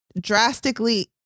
drastically